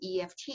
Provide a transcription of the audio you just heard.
EFT